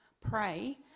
pray